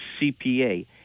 CPA